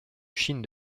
chine